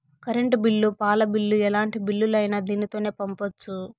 current bill పాల bill ఎలాంటి బిల్లులైనా దీనితోనే పంపొచ్చు